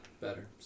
better